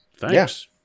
Thanks